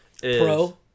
Pro